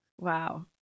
wow